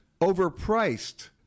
overpriced